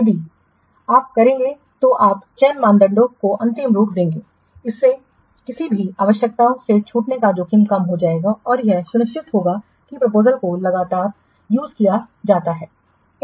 इसलिए यदि आप करेंगे तो आप चयन मानदंड को अंतिम रूप देंगे इससे किसी भी आवश्यकता के छूटने का जोखिम कम हो जाएगा और यह सुनिश्चित करेगा कि प्रपोजलसको लगातार व्यवहार किया जाता है